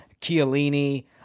Chiellini